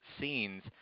scenes